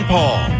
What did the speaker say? Paul